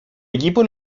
equipo